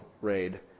raid